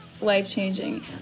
life-changing